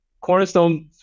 Cornerstone